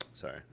Sorry